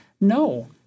No